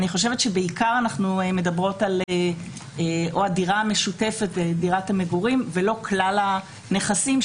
אני חושבת שבעיקר אנחנו מדברים על דירת המגורים המשותפת ולא כלל הנכסים,